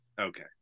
okay